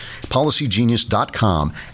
policygenius.com